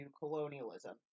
colonialism